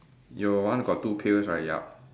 your one got two pails right yup